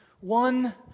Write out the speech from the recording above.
one